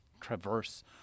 traverse